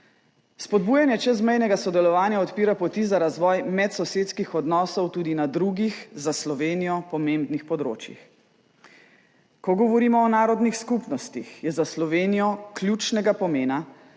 Spodbujanje čezmejnega sodelovanja odpira poti za razvoj medsosedskih odnosov tudi na drugih za Slovenijo pomembnih področjih. Ko govorimo o narodnih skupnostih, je za Slovenijo ključnega pomena,